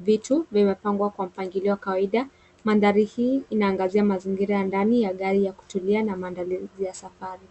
vitu vimepangwa kwa mpangilio wa kawaida. Mandhari hii inaangazia mazingira ya ndani ya gari ya kutulia na maandalizi ya safari.